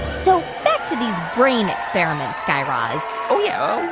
so back to these brain experiments, guy raz oh, yeah.